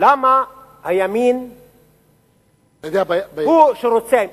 למה הימין הוא שרוצה,